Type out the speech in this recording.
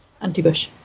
anti-Bush